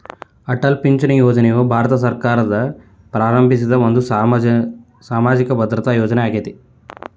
ಅಟಲ್ ಪಿಂಚಣಿ ಯೋಜನೆಯು ಭಾರತ ಸರ್ಕಾರವು ಪ್ರಾರಂಭಿಸಿದ ಒಂದು ಸಾಮಾಜಿಕ ಭದ್ರತಾ ಯೋಜನೆ ಆಗೇತಿ